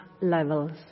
levels